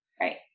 Right